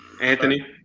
Anthony